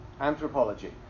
Anthropology